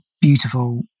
beautiful